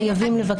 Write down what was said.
חייבים לבקש.